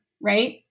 right